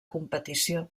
competició